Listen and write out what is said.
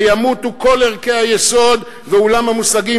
וימותו כל ערכי היסוד ועולם המושגים